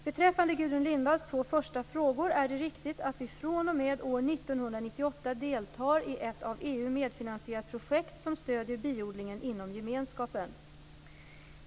Beträffande Gudrun Lindvalls två första frågor är det riktigt att vi fr.o.m. år 1998 deltar i ett av EU medfinansierat projekt som stöder biodlingen inom gemenskapen.